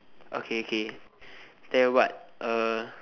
okay K then what uh